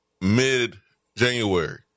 mid-January